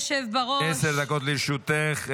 עשר דקות לרשותך.